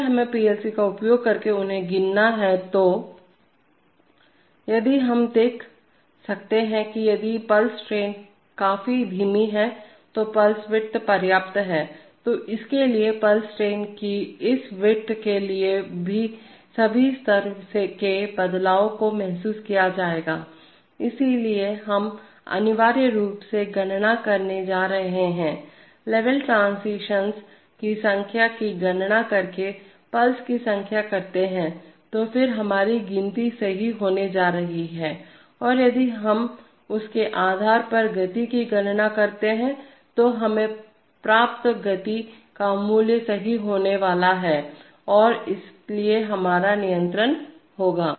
अगर हमें पीएलसी का उपयोग करके उन्हें गिनना है तो यदि हम देख सकते हैं कि यदि पल्स ट्रेनें काफी धीमी हैं तो पल्स विड्थ पर्याप्त है तो इसके लिए पल्स ट्रेन की इस विड्थ के लिए सभी स्तर के बदलावों को महसूस किया जाएगा इसलिए हम अनिवार्य रूप से गणना करने जा रहे हैंलेवल ट्रांसिशन्स की संख्या की गणना करके पल्स की संख्या करते हैंतो फिर हमारी गिनती सही होने जा रही है और यदि हम उसके आधार पर गति की गणना करते हैं तो हमें प्राप्त गति का मूल्य सही होने वाला है और इसलिए हमारा नियंत्रण होगा